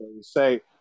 say